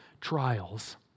trials